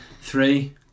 three